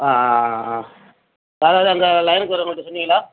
ஆ ஆ ஆ ஆ பாலாறில் அங்கே லைனுக்கு வரவுங்கள்ட்ட சொன்னிங்களா